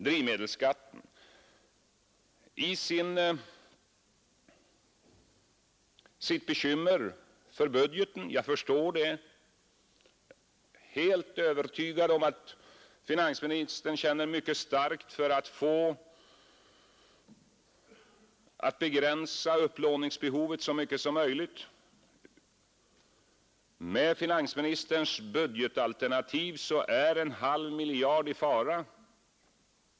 Drivmedelsskatten: Finansministern har bekymmer för budgeten — och jag är helt övertygad om att han känner mycket starkt för att begränsa upplåningsbehovet så mycket som möjligt. Med finansministerns budgetalternativ är en halv miljard i fara.